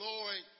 Lord